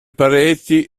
pareti